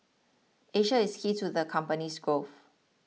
Asia is key to the company's growth